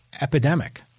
epidemic